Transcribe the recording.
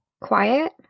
Quiet